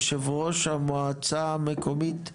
יושב ראש המועצה המקומית שלומי,